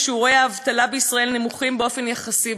ששיעורי האבטלה בישראל נמוכים באופן יחסי,